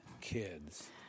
kids